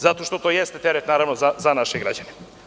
Zato što to jeste teret za naše građane.